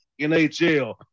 NHL